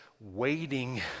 waiting